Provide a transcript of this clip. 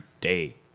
day